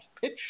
pitch